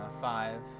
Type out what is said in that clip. five